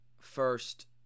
first